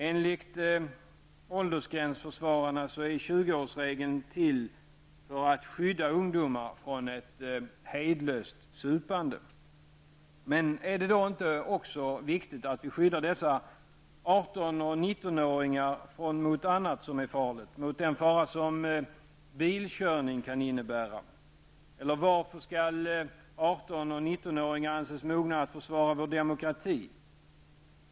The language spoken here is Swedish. Enligt åldersgränsförsvararna är 20-årsåldern till för att skydda ungdomar från ett hejdlöst supande. Men är det då inte också viktigt att vi skyddar dessa 18 19 åringar mot annat som är farligt, t.ex. den fara som bilkörning kan innebära? Varför skall 18 eller 19 åringar anses mogna att försvara vår demokrati?